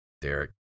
Derek